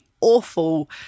awful